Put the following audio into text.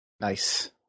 Nice